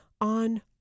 on